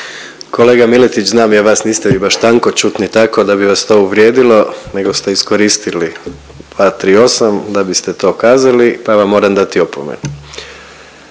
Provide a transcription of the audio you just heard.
Kolega Miletić znam ja vas niste vi baš tankoćutni tako da bi vas to uvrijedilo nego ste iskoristili 238. da biste to kazali pa vam moram dati opomenu.